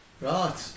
Right